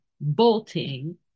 bolting